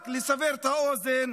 רק לסבר את האוזן,